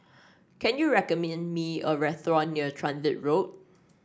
can you recommend me a restaurant near Transit Road